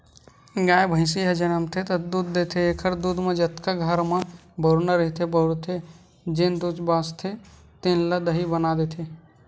गाय, भइसी ह जमनथे त दूद देथे एखर दूद म जतका घर म बउरना रहिथे बउरथे, जेन दूद बाचथे तेन ल दही बना देथे